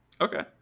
okay